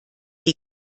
die